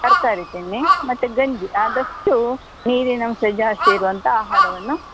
ತರಕಾರಿ ತಿನ್ನಿ ಮತ್ತು ಗಂಜಿ ಆದಷ್ಟು ನೀರಿನಾಂಶ ಜಾಸ್ತಿ ಇರುವಂಥ ಆಹಾರವನ್ನು